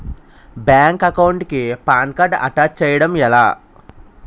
Bank account కి PAN card attach చేయడం ఎలా?